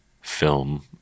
film